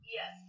Yes